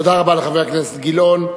תודה רבה לחבר הכנסת גילאון.